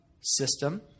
system